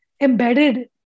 embedded